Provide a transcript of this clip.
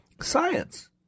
Science